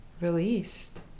released